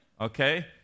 okay